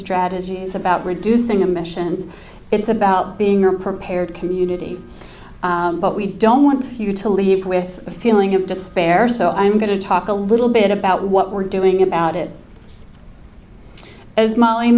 strategy it's about reducing emissions it's about being you're prepared community but we don't want you to leave with a feeling of despair so i'm going to talk a little bit about what we're doing about it as molly